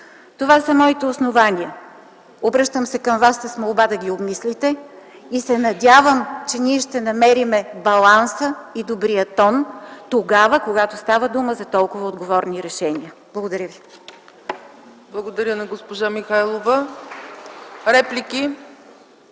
Това са моите основания. Обръщам се към вас с молба да ги обмислите. Надявам се, че ние ще намерим баланса и добрия тон тогава, когато става дума за толкова отговорни решения. Благодаря ви.